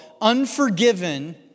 unforgiven